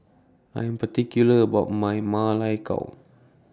I Am particular about My Ma Lai Gao